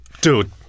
Dude